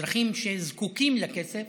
אזרחים שזקוקים לכסף